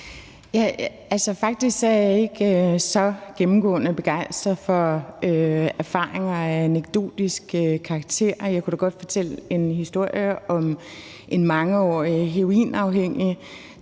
Faktisk er jeg ikke så gennemgående begejstret for erfaringer af anekdotisk karakter, men jeg kunne da godt fortælle en historie om en mangeårig heroinafhængig,